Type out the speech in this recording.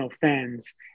fans